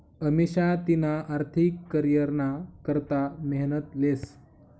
अमिषा तिना आर्थिक करीयरना करता मेहनत लेस